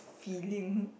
feeling